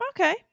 Okay